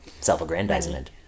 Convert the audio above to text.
self-aggrandizement